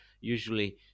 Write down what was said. usually